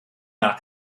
nach